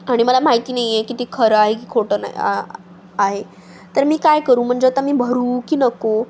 आणि मला माहिती नाही आहे की ते खरं आहे की खोटं नाही आहे तर मी काय करू म्हणजे आता मी भरू की नको